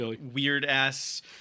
weird-ass